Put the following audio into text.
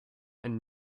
and